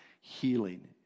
healing